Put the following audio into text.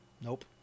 nope